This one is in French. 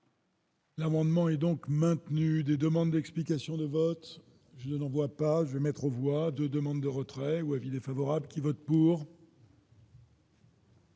L'amendement est donc maintenu des demandes d'explications de vote je n'envoie pas je vais mettre aux voix de demandes de retraits ou avis défavorable qui vote pour.